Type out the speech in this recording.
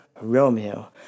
Romeo